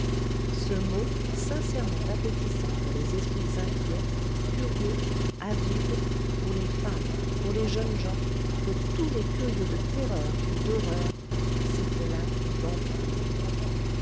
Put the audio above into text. ce mot sincèrement appétissant pour les esprits inquiets curieux avides pour les femmes pour les jeunes gens pour tous les curieux de terreur et d'horreur c'était la vampire